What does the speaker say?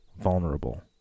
Vulnerable